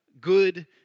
good